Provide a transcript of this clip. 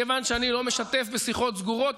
כיוון שאני לא משתף בשיחות סגורות,